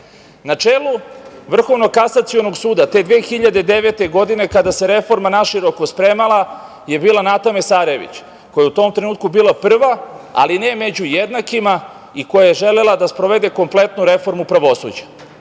čelu Vrhovnog kasacionog suda te 2009. godine, kada se reforma naširoko spremala je bila Nata Mesarović, koja je u tom trenutku bila prva, ali ne među jednakima i koja je želela da sprovede kompletnu reformu pravosuđa. Tadašnje